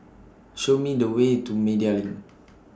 Show Me The Way to Media LINK